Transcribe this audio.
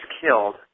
killed